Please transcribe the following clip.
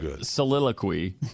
soliloquy